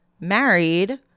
married